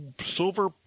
silver